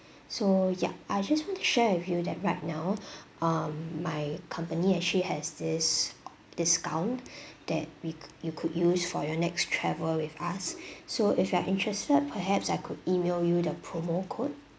so ya I just want to share with you that right now um my company actually has this discount that we co~ you could use for your next travel with us so if you are interested perhaps I could email you the promo code